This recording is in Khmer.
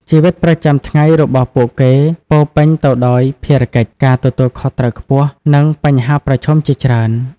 ជីវិតប្រចាំថ្ងៃរបស់ពួកគេពោរពេញទៅដោយភារកិច្ច ការទទួលខុសត្រូវខ្ពស់ និងបញ្ហាប្រឈមជាច្រើន។